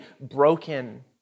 broken